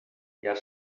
llar